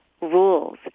rules